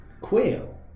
quail